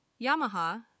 Yamaha